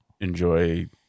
enjoy